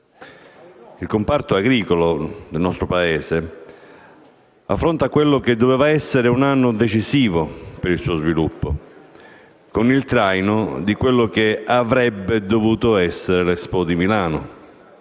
Il comparto agricolo del nostro Paese affronta quello che doveva essere un anno decisivo per il suo sviluppo, con il traino di quello che avrebbe dovuto essere l'Expo di Milano,